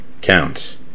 counts